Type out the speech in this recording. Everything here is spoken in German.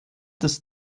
des